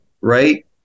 right